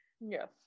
Yes